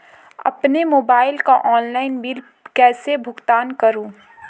अपने मोबाइल का online bill कैसे भुगतान करूं?